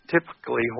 typically